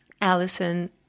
Allison